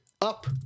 up